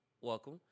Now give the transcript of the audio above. Welcome